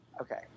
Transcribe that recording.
Okay